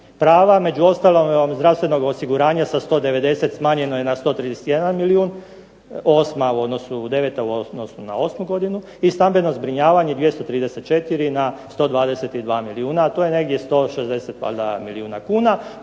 prava. Među ostalim zdravstvenog osiguranja sa 190 smanjeno je na 131 milijun 2009. u odnosu na 2008. godinu. I stambeno zbrinjavanje 234 na 122 milijuna, a to je negdje 160 valjda milijuna kuna